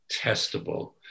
testable